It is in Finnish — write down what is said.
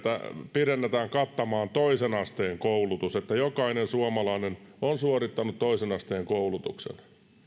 pidennetään kattamaan toisen asteen koulutus niin että jokainen suomalainen on suorittanut toisen asteen koulutuksen